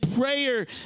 prayer